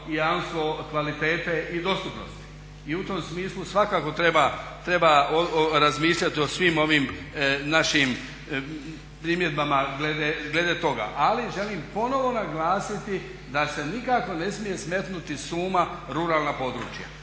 i jamstvo kvalitete i dostupnosti i u tom smislu svakako treba razmišljati o svim ovim našim primjedbama glede toga. Ali želim ponovo naglasiti da se nikako ne smije smetnuti s uma ruralna područja.